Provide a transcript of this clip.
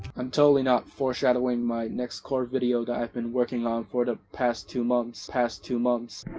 i'm totally not foreshadowing my next core video that i've been working on for the past two months, past two months,